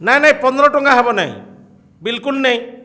ନାଇଁ ନାଇଁ ପନ୍ଦର ଟଙ୍କା ହେବ ନାଇଁ ବିଲ୍କୁଲ ନେଇଁ